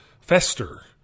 fester